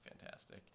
fantastic